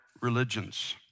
religions